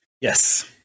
Yes